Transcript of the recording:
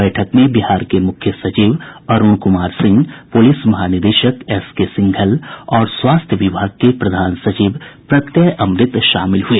बैठक में बिहार के मुख्य सचिव अरूण कुमार सिंह पुलिस महानिदेशक एस के सिंघल और स्वास्थ्य विभाग के प्रधान सचिव प्रत्यय अमृत शामिल हुए